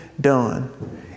done